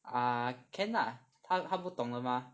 ah can lah 他他不懂的吗